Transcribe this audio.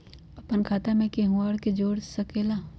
अपन खाता मे केहु आर के जोड़ सके ला?